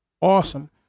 awesome